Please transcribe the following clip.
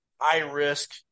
high-risk